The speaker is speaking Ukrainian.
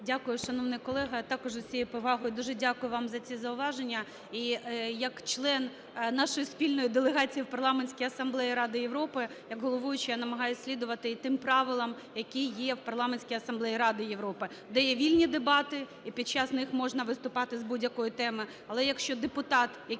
Дякую, шановний колего. Я також, з усією повагою, дуже дякую вам за ці зауваження. І як член нашої спільної делегації в Парламентській асамблеї Ради Європи, як головуюча я намагаюсь слідувати і тим правилам, які є в Парламентській асамблеї Ради Європи, де є вільні дебати, і під час них можна виступати з будь-якої теми.